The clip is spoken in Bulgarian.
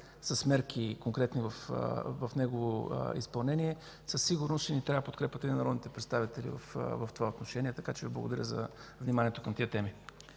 с конкретни мерки в негово изпълнение. Със сигурност ще ни трябва подкрепата и на народните представители в това отношение, така че Ви благодаря за вниманието към тези теми.